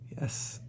Yes